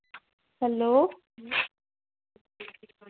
hello